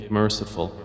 merciful